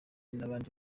n’abandi